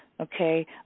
okay